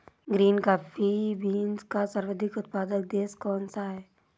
Green coffee beans का सर्वाधिक उत्पादक देश कौन सा है?